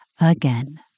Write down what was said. again